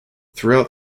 throughout